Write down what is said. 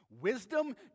Wisdom